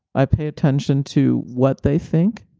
i pay attention to what they think.